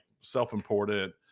self-important